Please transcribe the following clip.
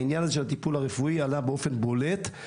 העניין הזה של הטיפול הרפואי עלה באופן בולט,